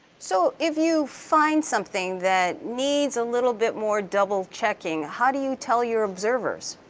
so if you find something that needs a little bit more double checking, how do you tell your observers?